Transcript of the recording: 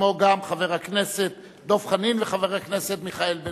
כמו גם חבר הכנסת דב חנין וחבר הכנסת מיכאל בן-ארי.